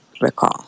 recall